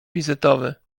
wizytowy